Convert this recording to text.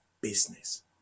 business